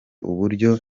uburyo